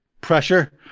pressure